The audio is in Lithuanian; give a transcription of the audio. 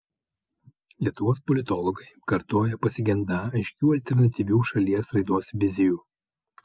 lietuvos politologai kartoja pasigendą aiškių alternatyvių šalies raidos vizijų